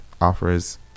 offers